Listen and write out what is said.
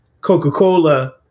Coca-Cola